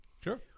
Sure